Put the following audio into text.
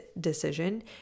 decision